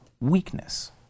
weakness